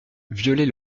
violer